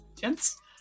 gents